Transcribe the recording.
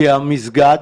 כי המסגד,